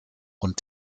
und